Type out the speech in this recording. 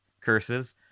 curses